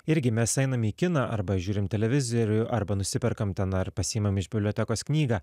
irgi mes einam į kiną arba žiūrim televizorių arba nusiperkam ten ar pasiimam iš bibliotekos knygą